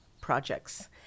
projects